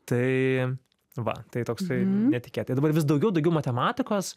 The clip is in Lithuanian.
tai va tai toksai netikėtai dabar vis daugiau daugiau matematikos